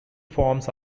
forms